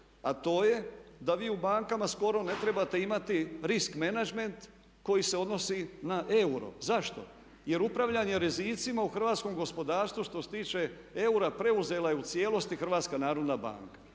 a to je da vi u bankama skoro ne trebate imati risk menadžment koji se odnosi na euro. Zašto? Jer upravljanje rizicima u hrvatskom gospodarstvu što se tiče eura preuzela je u cijelosti HNB. Dakle